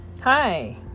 Hi